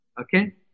Okay